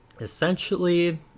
essentially